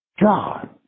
God